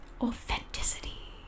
Authenticity